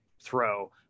throw